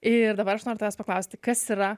ir dabar aš noriu tavęs paklausti kas yra